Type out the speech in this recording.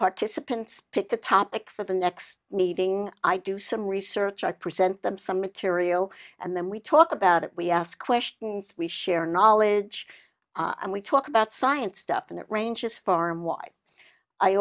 participants pick the topic for the next meeting i do some research i present them some material and then we talk about it we ask questions we share knowledge and we talk about science stuff and it ranges farm why i